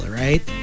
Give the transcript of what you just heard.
right